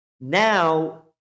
now